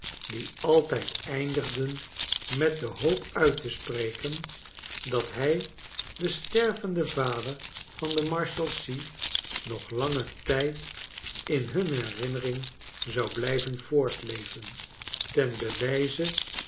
die altijd eindigden met de hoop uit te spreken r dat hij de stervende vader van de marshalsea nog langen tijd in hun herinnering zou blijven voortleven ten bewijze